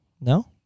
No